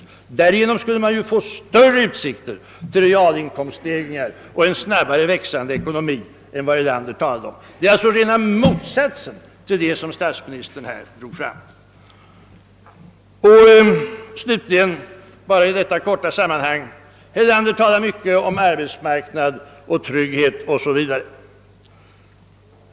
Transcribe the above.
Därigenom skulle det finnas större utsikter till realinkomststegringar och en snabbare tillväxt av ekonomin än herr Erlander trodde vara möjligt. Det är alltså fråga om rena motsatsen till vad statsministern drog fram. Herr Erlander talade mycket om arbetsmarknad, trygghet m.m.